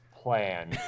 plan